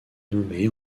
nommé